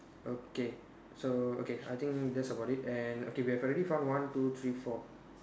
okay so okay I think that's about it and okay we have already found one two three four